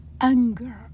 anger